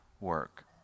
work